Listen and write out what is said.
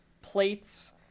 plates